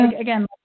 again